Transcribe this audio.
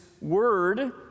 word